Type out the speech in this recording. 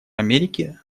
америки